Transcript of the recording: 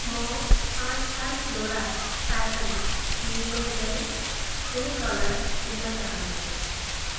म पाँच थान फ्लोरा प्याटर्न नोजल स्प्रिङ्कलर किन्न चाहन्छु